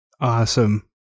Awesome